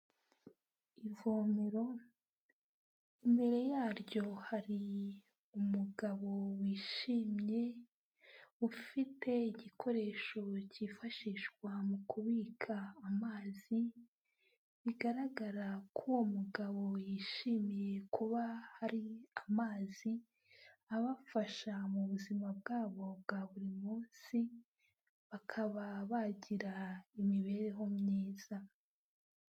Ivomero, imbere yaryo hari umugabo wishimye, ufite igikoresho cyifashishwa mu kubika amazi, bigaragara ko uwo mugabo yishimiye kuba hari amazi, abafasha muzima bwabo bwa buri munsi, bakaba bagira imibereho myiza.